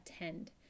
attend